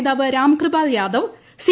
നേതാവ് കാർകൃപാൽ യാദവ് സി